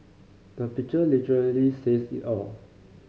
the picture literally says it all